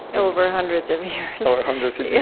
over hundreds of years. over hundreds yeah